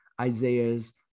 Isaiah's